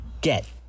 Get